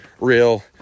real